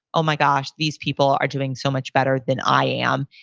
oh my gosh, these people are doing so much better than i am.